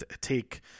take